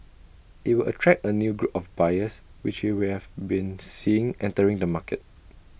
IT will attract A new group of buyers which we we have been seeing entering the market